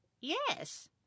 Yes